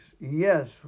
Yes